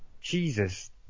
Jesus